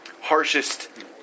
harshest